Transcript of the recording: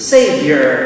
Savior